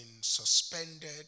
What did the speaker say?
suspended